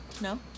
No